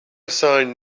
sign